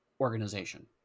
organization